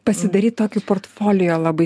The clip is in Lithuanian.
pasidaryt tokį portfolio labai